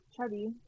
Chubby